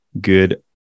good